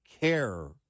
care